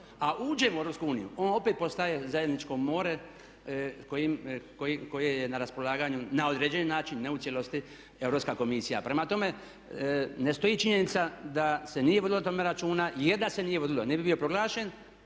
uniju on opet postaje zajedničko more koje je na raspolaganju na određeni način, ne u cijelosti Europska komisija. Prema tome, ne stoji činjenica da se nije vodilo o tome računa, jer da se nije vodilo ne bi bio proglašen